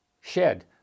shed